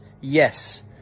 Yes